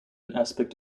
aspect